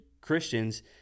Christians